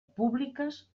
públiques